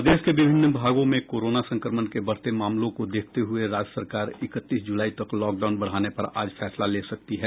प्रदेश के विभिन्न भागों में कोरोना संक्रमण के बढ़ते मामलों को देखते हुए राज्य सरकार इकतीस जुलाई तक लॉकडाउन बढ़ाने पर आज फैसला ले सकती है